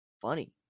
funny